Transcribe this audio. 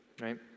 right